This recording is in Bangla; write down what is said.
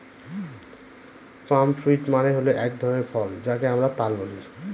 পাম ফ্রুইট মানে হল এক ধরনের ফল যাকে আমরা তাল বলি